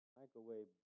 microwave